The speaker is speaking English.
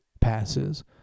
passes